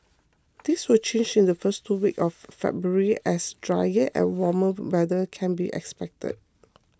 this will change in the first two weeks of February as drier and warmer weather can be expected